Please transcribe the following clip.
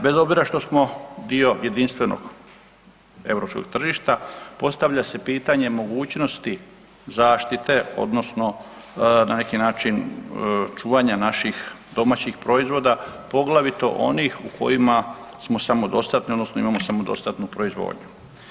Bez obzira što smo dio jedinstvenog europskog tržišta postavlja se pitanje mogućnosti zaštite odnosno na neki način čuvanja naših domaćih proizvoda poglavito onih u kojima smo samodostatni odnosno imamo samodostatnu proizvodnju.